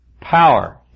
Power